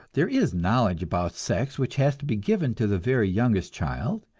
there is knowledge about sex which has to be given to the very youngest child,